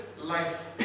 life